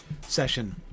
session